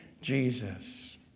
Jesus